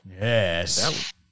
Yes